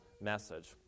message